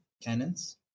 cannons